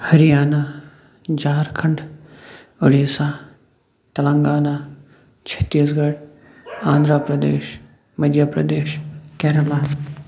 Haryana Jharkhand Odisha Telangana Chhattisgarh Andhra Pradesh Madhya Pradesh Kerala